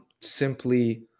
simply